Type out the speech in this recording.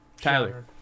Tyler